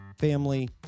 family